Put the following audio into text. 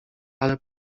ale